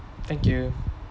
thank you